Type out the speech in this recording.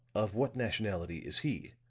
of what nationality is he?